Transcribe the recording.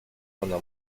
ona